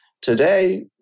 Today